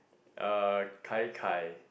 uh kai kai